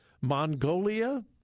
Mongolia